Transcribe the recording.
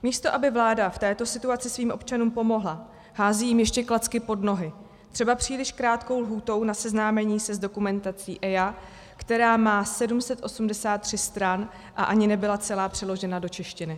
Místo aby vláda v této situaci svým občanům pomohla, hází jim ještě klacky pod nohy, třeba příliš krátkou lhůtou na seznámení se s dokumentací EIA, která má 783 stran a ani nebyla celá přeložena do češtiny.